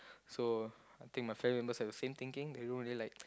so I think my family members have the same thinking they don't really like